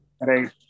Right